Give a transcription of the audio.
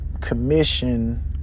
commission